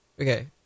Okay